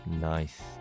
Nice